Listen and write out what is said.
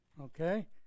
Okay